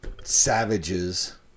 savages